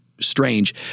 strange